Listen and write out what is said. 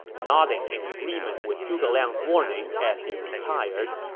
nodding in agreement with zhuge liang's warning as he retired.